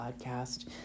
Podcast